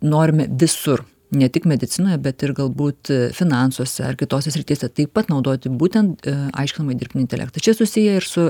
norime visur ne tik medicinoje bet ir galbūt finansuose ar kitose srityse taip pat naudoti būtent aiškinamąjį dirbtinį intelektą čia susiję ir su